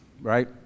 right